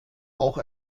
auch